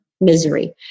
misery